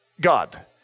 God